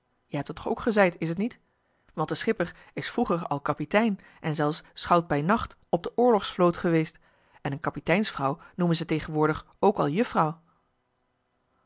jij hebt dat toch ook gezeid is t niet want de schipper is vroeger al kapitein en zelfs schout bij nacht op de oorlogsvloot geweest en een kapiteinsvrouw noemen ze tegenwoordig ook al juffrouw